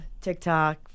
TikTok